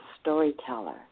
storyteller